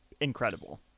incredible